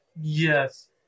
Yes